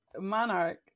Monarch